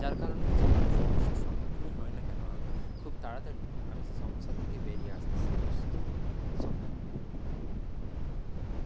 যার কারণে যে কোনো সমস্যার সম্মুখীন হই না কেন আমি খুব তাড়াতাড়ি আমি সেই সমস্যা থেকে বেরিয়ে আসতে সাহস